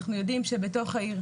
אנחנו יודעים שבתוך העיר,